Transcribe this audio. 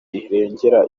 rirengera